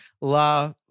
La